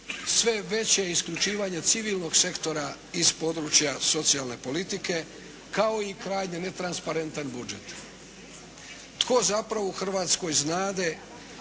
sve veće isključivanje civilnog sektora iz područja socijalne politike kao i krajnje netransparentan budžet. Tko zapravo u Hrvatskoj znade